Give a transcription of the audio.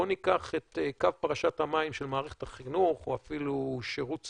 בוא ניקח את קו פרשת המים של מערכת החינוך או אפילו שירות סדיר,